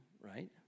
right